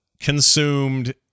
consumed